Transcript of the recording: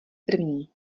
první